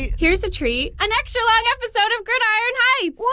yeah here's a treat an extra-long episode of gridiron heights!